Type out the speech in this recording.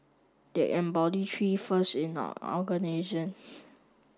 they embody three firsts in an